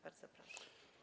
Bardzo proszę.